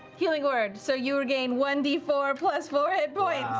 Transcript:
healing word, so you regain one d four plus four